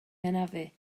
hanafu